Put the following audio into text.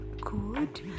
good